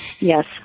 Yes